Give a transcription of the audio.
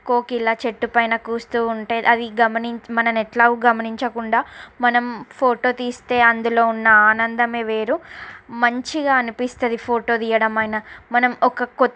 కోకిల చెట్టు పైన కూస్తూ ఉంటే అది గమనిం మనలని ఎట్లాగో గమనించకుండా మనం ఫోటో తీస్తే అందులో ఉన్న ఆనందమే వేరు మంచిగా అనిపిస్తుంది ఫోటో తీయడం అయినా మనం ఒక